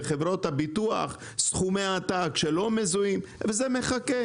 בחברות הביטוח סכומי עתק שלא מזוהים וזה מחכה.